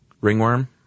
Ringworm